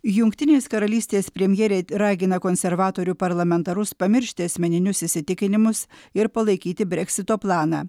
jungtinės karalystės premjerė ragina konservatorių parlamentarus pamiršti asmeninius įsitikinimus ir palaikyti breksito planą